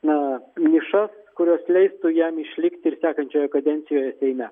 na nišas kurios leistų jam išlikti ir sekančioje kadencijoje seime